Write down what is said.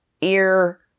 ear